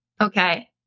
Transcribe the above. Okay